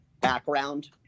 background